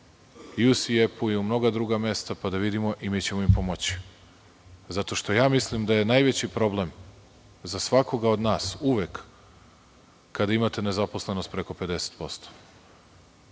i u Siepu, i u mnoga druga mesta, pa da vidimo i mi ćemo im pomoći zato što ja mislim da je najveći problem za svakoga od nas uvek kada imate nezaposlenost preko 50%,